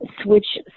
switch